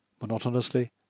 Monotonously